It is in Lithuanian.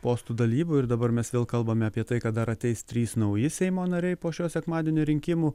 postų dalybų ir dabar mes vėl kalbame apie tai kad dar ateis trys nauji seimo nariai po šio sekmadienio rinkimų